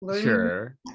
sure